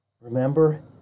Remember